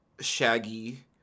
Shaggy